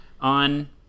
on